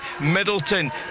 Middleton